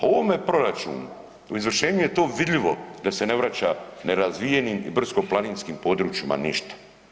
U ovome proračunu u izvršenju je to vidljivo da se ne vraća nerazvijenim i brdsko-planinskim područjima ništa.